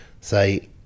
say